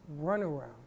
runaround